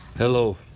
Hello